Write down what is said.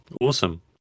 awesome